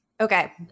okay